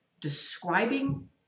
describing